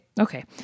okay